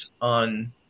on